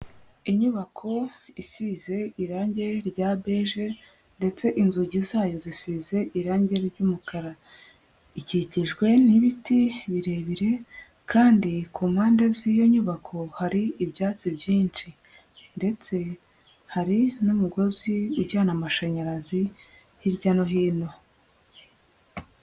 Inyubako isize irange rya beje ndetse inzugi zayo zisize irangi ry'umukara, ikikijwe n'ibiti birebire, kandi ku mpande z'iyo nyubako hari ibyatsi byinshi, ndetse hari n'umugozi ujyana amashanyarazi hirya no hino.